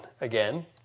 again